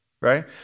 right